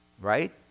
Right